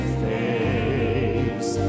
face